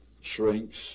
shrinks